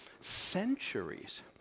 centuries